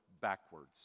backwards